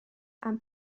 and